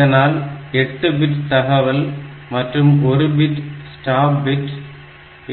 இதனால் 8 பிட் தகவல் மற்றும் 1 பிட் ஸ்டாப் பிட்